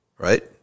Right